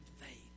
faith